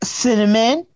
cinnamon